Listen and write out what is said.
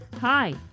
Hi